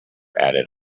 added